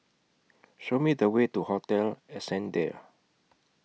Show Me The Way to Hotel Ascendere